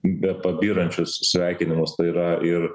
betpabyrančius sveikinimus tai yra ir